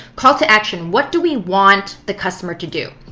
call to action, what do we want the customer to do?